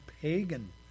pagan